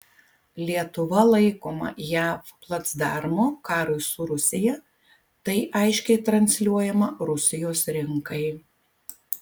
lietuva laikoma jav placdarmu karui su rusija tai aiškiai transliuojama rusijos rinkai